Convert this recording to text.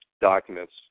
documents